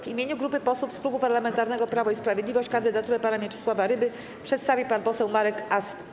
W imieniu grupy posłów z Klubu Parlamentarnego Prawo i Sprawiedliwość kandydaturę pana Mieczysława Ryby przedstawi pan poseł Marek Ast.